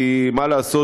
כי מה לעשות,